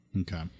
Okay